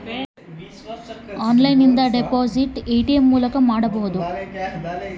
ಆನ್ಲೈನಿಂದ ಡಿಪಾಸಿಟ್ ಹೇಗೆ ಮಾಡಬೇಕ್ರಿ?